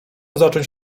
zacząć